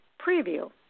preview